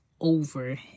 over